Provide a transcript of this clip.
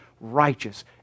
righteous